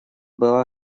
была